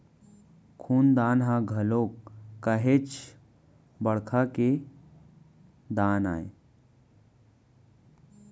खून दान ह घलोक काहेच बड़का के दान आय